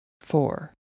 four